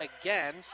again